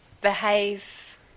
behave